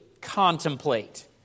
contemplate